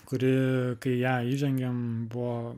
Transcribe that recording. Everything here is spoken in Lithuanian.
kuri kai į ją įžengėm buvo